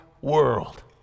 world